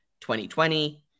2020